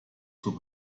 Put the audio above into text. zur